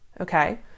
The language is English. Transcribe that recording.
okay